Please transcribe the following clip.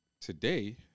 Today